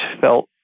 felt